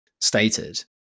stated